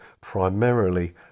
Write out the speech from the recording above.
primarily